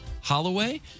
Holloway